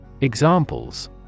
Examples